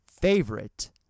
favorite